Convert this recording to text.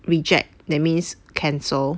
reject that means cancel